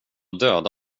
dödade